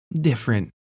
different